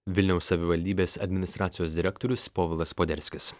vilniaus savivaldybės administracijos direktorius povilas poderskis